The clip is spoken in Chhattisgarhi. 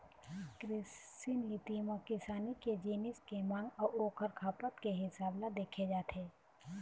कृषि नीति म किसानी के जिनिस के मांग अउ ओखर खपत के हिसाब ल देखे जाथे